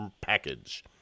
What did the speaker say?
package